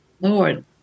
Lord